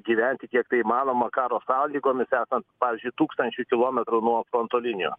gyventi kiek tai įmanoma karo sąlygomis esant pavyzdžiui tūkstančiui kilometrų nuo fronto linijos